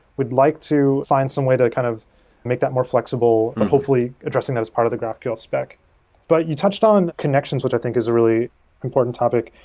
we'd like to find some way to kind of make that more flexible and hopefully addressing those as part of the graphql spec but you touched on connections which i think is a really important topic.